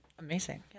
Amazing